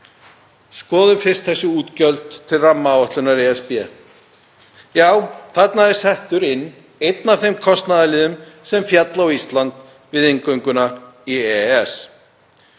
Skoðum fyrst þessi útgjöld til rammaáætlunar ESB. Já, þarna er settur inn einn af þeim kostnaðarliðum sem féll á Ísland við inngönguna í EES.